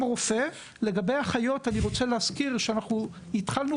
לגבי אחיות אני רוצה להזכיר שאנחנו התחלנו